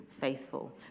faithful